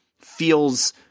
feels